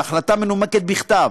בהחלטה מנומקת בכתב,